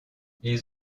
ils